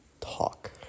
talk